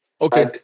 Okay